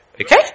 Okay